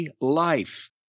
life